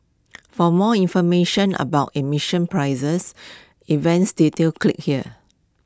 for more information about in mission prices events details click here